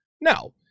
Now